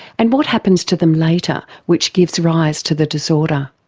and what happens to them later, which gives rise to the disorder.